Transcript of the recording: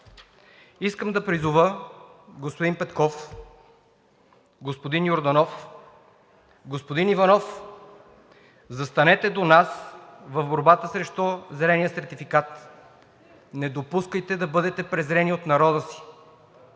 Искам да призова господин Петков, господин Йорданов, господин Иванов – застанете до нас в борбата срещу зеления сертификат. Не допускайте да бъдете презрени от народа си,